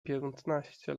piętnaście